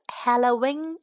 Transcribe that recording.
halloween